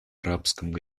арабском